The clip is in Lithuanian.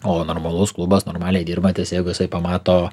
o normalus klubas normaliai dirbantis jeigu jisai pamato